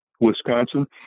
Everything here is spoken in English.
Wisconsin